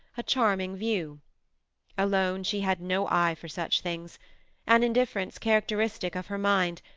a charming view alone, she had no eye for such things an indifference characteristic of her mind,